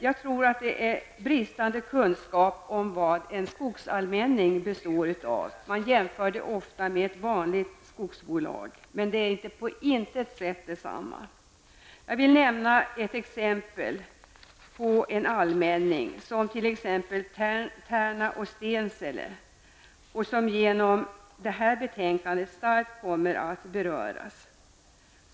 Det finns en bristande kunskap om vad en skogsallmänning består av. Man jämför det ofta med ett vanligt skogsbolag, men det är på intet sätt detsamma. Jag vill som exempel på en allmänning nämna Tärna--Stensele, en allmänning som genom detta betänkande starkt kommer att beröras.